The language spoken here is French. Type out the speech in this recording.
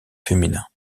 féminin